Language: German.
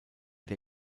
der